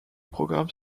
programmes